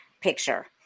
picture